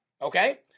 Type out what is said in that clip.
Okay